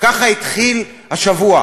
לפזר את נבחרת הדירקטורים,